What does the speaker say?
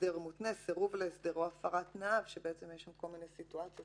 הסדר מותנה סירוב להסדר או הפרת תנאיו שבעצם יש שם כל מיני סיטואציות